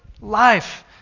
life